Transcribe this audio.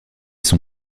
son